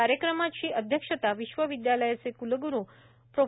कार्यक्रमाची अध्यक्षता विश्वविदयालयाचे क्लग्रू प्रो